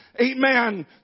Amen